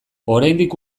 oraindik